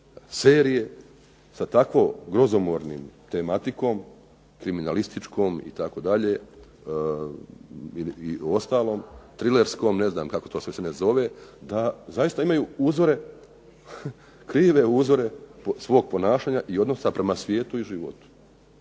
serije sa tako grozomornom tematikom kriminalističkom itd. i ostalom trilerskom, ne znam kako to sve se ne zove, zaista imaju uzore, krive uzore svog ponašanja i odnosa prema svijetu i životu.